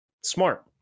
Smart